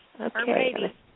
okay